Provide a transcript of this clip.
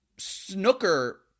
snooker